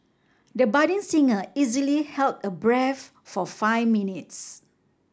the budding singer easily held a breath for five minutes